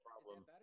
problem